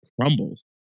crumbles